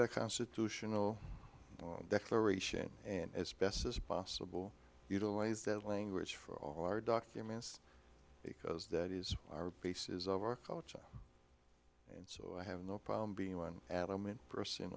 the constitutional declaration and as best as possible utilize that language for all our documents because that is our basis of our culture and so i have no problem being one adamant person